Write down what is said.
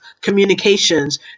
communications